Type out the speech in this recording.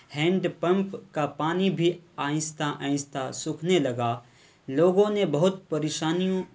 hand pump کا پانی بھی آہستہ آہستہ سوکھنے لگا لوگوں نے بہت پریشانیوں